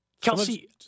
Kelsey